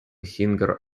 singer